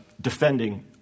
defending